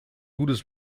gutes